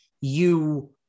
you-